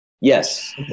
Yes